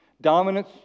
Dominance